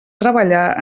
treballar